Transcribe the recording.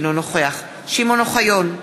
אינו נוכח שמעון אוחיון,